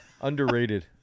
Underrated